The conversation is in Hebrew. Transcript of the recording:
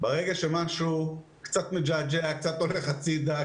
ברגע שמשהו קצת הולך הצידה,